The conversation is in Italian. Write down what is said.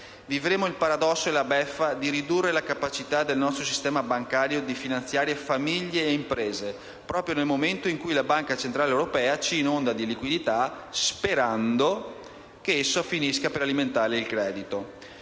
Vivremo il paradosso e la beffa di ridurre la capacità del nostro sistema bancario di finanziare famiglie e imprese, proprio nel momento in cui la Banca centrale europea ci inonda di liquidità, sperando che essa finisca per alimentare il credito.